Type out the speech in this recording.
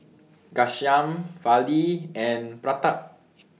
Ghanshyam Fali and Pratap